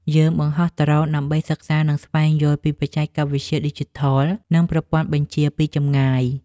យើងបង្ហោះដ្រូនដើម្បីសិក្សា និងស្វែងយល់ពីបច្ចេកវិទ្យាឌីជីថល និងប្រព័ន្ធបញ្ជាពីចម្ងាយ។